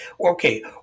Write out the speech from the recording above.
Okay